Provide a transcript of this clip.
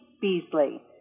Beasley